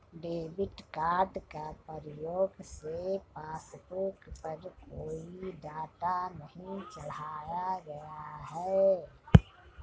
debit card के प्रयोग से पासबुक पर कोई डाटा नहीं चढ़ाया गया है